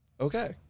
okay